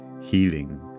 healing